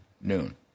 noon